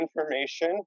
information